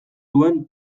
duen